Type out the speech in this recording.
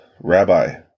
Rabbi